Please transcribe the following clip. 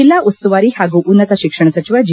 ಜಿಲ್ಲಾ ಉಸ್ತುವಾರಿ ಹಾಗೂ ಉನ್ನತ ಶಿಕ್ಷಣ ಸಚಿವ ಜಿ